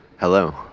Hello